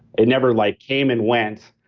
it never like came and went,